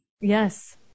Yes